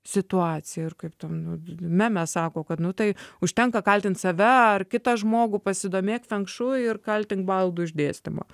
situaciją ir kaip ten meme sako kad nu tai užtenka kaltint save ar kitą žmogų pasidomėk feng šui ir kaltink baldų išdėstymą